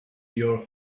your